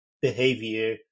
behavior